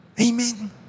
Amen